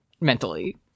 mentally